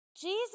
Jesus